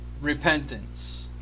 repentance